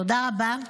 תודה רבה.